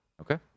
Okay